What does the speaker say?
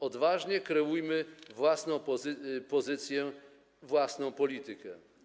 Odważnie kreujmy własną pozycję, własną politykę.